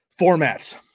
formats